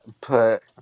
put